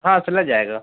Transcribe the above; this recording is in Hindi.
हाँ सिला जाएगा